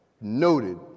Noted